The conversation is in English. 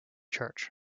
church